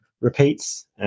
repeats